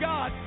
God